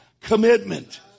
commitment